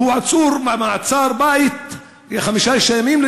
הוא עצור במעצר-בית לחמישה-שישה ימים,